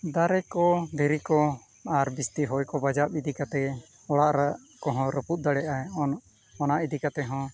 ᱫᱟᱨᱮ ᱠᱚ ᱫᱷᱤᱨᱤ ᱠᱚ ᱟᱨ ᱡᱟᱹᱥᱛᱤ ᱦᱚᱭ ᱠᱚ ᱵᱟᱡᱟᱣ ᱤᱫᱤ ᱠᱟᱛᱮᱫ ᱚᱲᱟᱜ ᱠᱚᱦᱚᱸ ᱨᱟᱹᱯᱩᱫ ᱫᱟᱲᱮᱭᱟᱜᱼᱟ ᱚᱱᱟ ᱤᱫᱤ ᱠᱟᱛᱮᱫ ᱦᱚᱸ